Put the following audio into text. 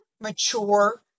mature